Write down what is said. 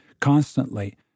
constantly